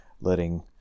letting